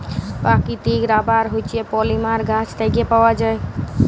পাকিতিক রাবার হছে পলিমার গাহাচ থ্যাইকে পাউয়া যায়